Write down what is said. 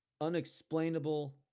unexplainable